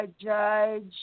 judge